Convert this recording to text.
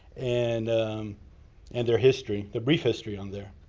and and their history. their brief history on there.